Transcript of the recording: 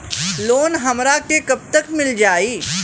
Loan हमरा के कब तक मिल जाई?